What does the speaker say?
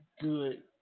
good